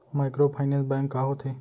Microfinance bank का होथे?